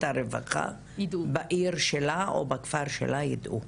הרווחה בעיר שלה או בכפר שלה יידעו.